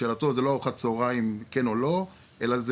לשאלתו, זה לא: ארוחת צהריים כן או לא, אלא: